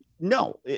no